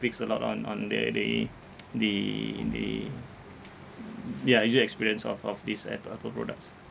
speaks a lot on on the the the the ya user experience of of these Apple Apple products